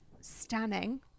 stunning